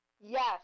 Yes